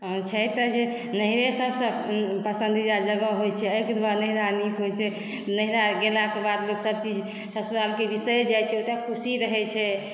छै तऽ जे नैहरए सभसँ पसंदीदा जगह होइ छै एहिक दुआरे नैहरा नीक होइ छै नैहरा गेलाक बाद लोक सभ चीज ससुरालक बिसरि जाइ छै ओतय खुशी रहै छै